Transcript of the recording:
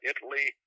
Italy